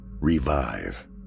revive